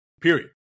Period